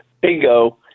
Bingo